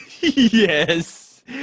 yes